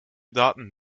daten